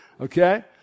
Okay